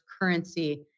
currency